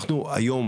אנחנו היום,